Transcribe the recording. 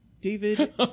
David